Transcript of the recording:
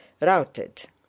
routed